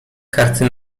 karty